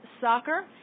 Soccer